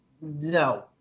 no